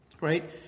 right